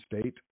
state